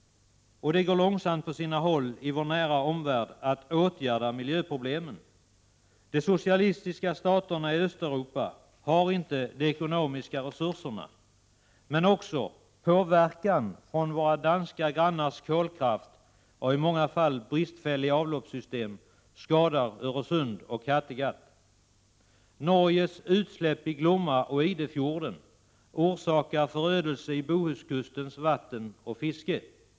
Det går långsamt på sina håll i vår nära omvärld att åtgärda miljöproblemen. De socialistiska staterna i Östeuropa har inte de ekonomiska resurser som behövs. Men också påverkan från våra danska grannars kolkraft och i många fall bristfälliga avloppssystem skadar Öresund och Kattegatt. Norges utsläpp i Glomma och Idefjorden orsakar förödelse vad gäller Bohuskustens vatten och fiske.